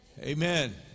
Amen